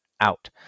out